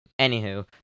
Anywho